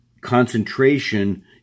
concentration